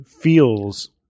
feels